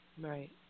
Right